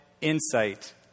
insight